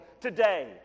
today